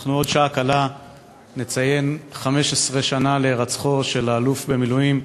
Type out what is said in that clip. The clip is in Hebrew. בעוד שעה קלה נציין 15 שנה להירצחו של האלוף במילואים,